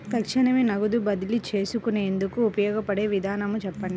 తక్షణమే నగదు బదిలీ చేసుకునేందుకు ఉపయోగపడే విధానము చెప్పండి?